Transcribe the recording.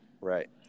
right